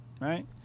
Right